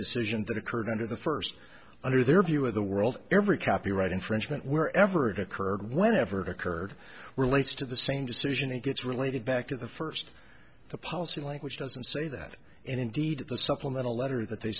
decision that occurred under the first under their view of the world every copyright infringement wherever it occurred whenever it occurred relates to the same decision it gets related back to the first the policy language doesn't say that and indeed the supplemental letter that they